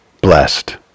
blessed